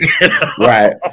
Right